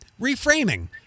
reframing